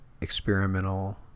experimental